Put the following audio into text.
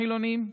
החילונים?